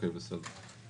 בסדר.